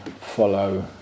follow